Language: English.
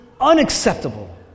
unacceptable